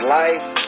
life